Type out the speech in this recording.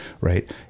right